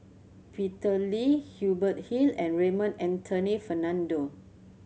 Peter Lee Hubert Hill and Raymond Anthony Fernando